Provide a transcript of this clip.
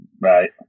Right